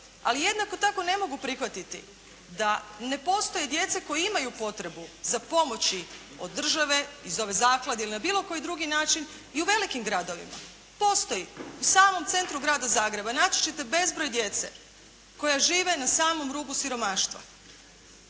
Ali jednako tako ne mogu prihvatiti da ne postoje djeca koja imaju potrebu za pomoći od države, iz ove zaklade ili na bilo koji drugi način, i u velikim gradovima. Postoji. U samom centru grada Zagreba naći ćete bezbroj djece koja žive na samom rubu siromaštva.